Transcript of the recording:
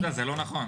יהודה זה לא נכון.